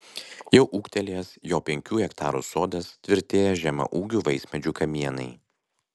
jau ūgtelėjęs jo penkių hektarų sodas tvirtėja žemaūgių vaismedžių kamienai